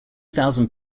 thousand